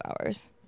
hours